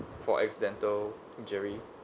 for accidental injury